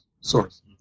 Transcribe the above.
source